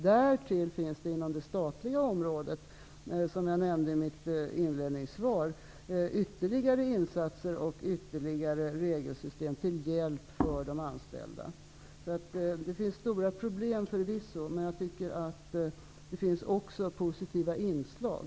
Därtill finns inom det statliga området, vilket jag nämnde i mitt inledande svar, ytterligare insatser och regelsystem till hjälp för de anställda. Det finns förvisso stora problem. Men det finns också positiva inslag.